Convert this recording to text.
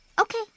Okay